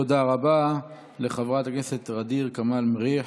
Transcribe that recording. תודה רבה לחברת הכנסת ע'דיר כמאל מריח.